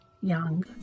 young